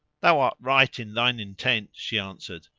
thou art right in thine intent, she answered,